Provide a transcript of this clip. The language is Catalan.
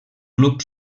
club